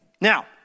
Now